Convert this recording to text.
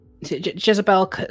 jezebel